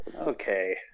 Okay